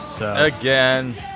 Again